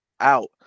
out